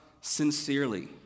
sincerely